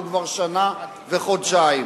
אנחנו כבר שנה וחודשיים.